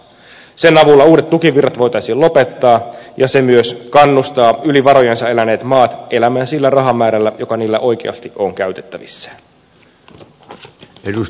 sen avulla uudet tukivirrat voitaisiin lopettaa ja se myös kannustaa yli varojensa eläneet maat elämään sillä rahamäärällä joka niillä oikeasti on käytettävissään